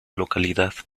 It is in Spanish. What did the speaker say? localidad